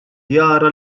jara